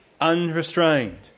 unrestrained